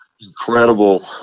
incredible